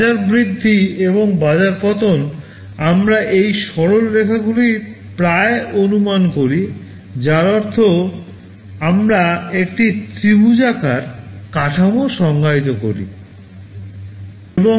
বাজার বৃদ্ধি এবং বাজার পতন আমরা এটির সরল রেখাগুলির প্রায় অনুমান করি যার অর্থ আমরা একটি ত্রিভুজাকার কাঠামো সংজ্ঞায়িত করি